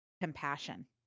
compassion